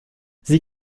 sie